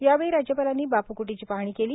यावेळी राज्यपालांनी बापू कृटीची पाहणी केली